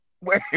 Wait